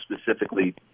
specifically